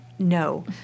No